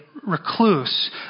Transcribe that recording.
Recluse